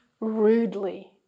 rudely